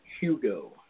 Hugo